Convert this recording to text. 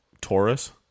taurus